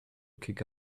kick